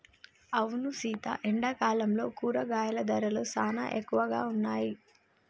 అవును సీత ఎండాకాలంలో కూరగాయల ధరలు సానా ఎక్కువగా ఉన్నాయి